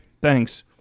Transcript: thanks